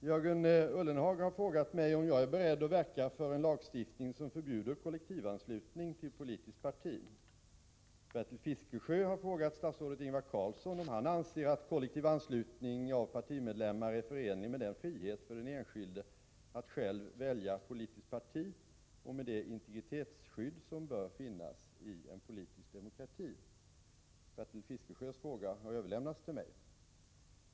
Herr talman! Jörgen Ullenhag har frågat mig om jag är beredd att verka för en lagstiftning som förbjuder kollektivanslutning till politiskt parti. Bertil Fiskesjö har frågat statsrådet Ingvar Carlsson om han anser att kollektiv anslutning av partimedlemmar är förenlig med den frihet för den enskilde att själv välja politiskt parti och med det integritetsskydd som bör finnas i en politisk demokrati. Bertil Fiskesjös fråga har överlämnats till mig.